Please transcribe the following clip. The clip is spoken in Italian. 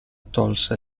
tolse